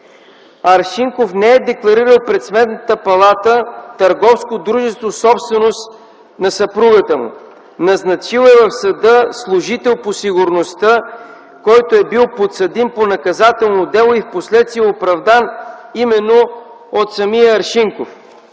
Аршинков не е декларирал пред Сметната палата търговско дружество, собственост на съпругата му. Назначил е в съда служител по сигурността, който е бил подсъдим по наказателно дело и впоследствие оправдан именно от самия Аршинков.